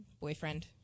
Boyfriend